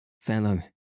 Fellow